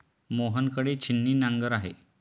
मोहन कडे छिन्नी नांगर आहे